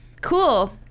Cool